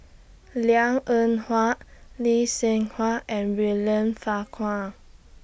Liang Eng Hwa Lee Seng Huat and William Farquhar